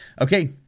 okay